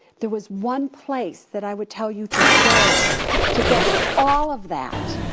there was one place that i would tell you to go to get all of that,